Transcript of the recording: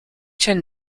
tend